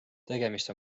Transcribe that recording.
tegemist